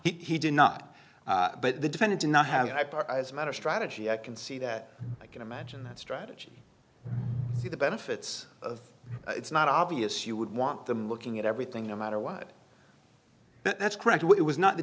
objection he did not but the defendant did not have hyper as a matter of strategy i can see that i can imagine that strategy see the benefits of it's not obvious you would want them looking at everything no matter what that's correct it was not the